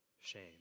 shame